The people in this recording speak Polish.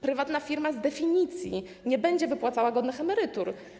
Prywatna firma z definicji nie będzie wypłacała godnych emerytur.